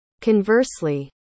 Conversely